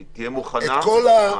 היא תהיה מוכנה בזמן.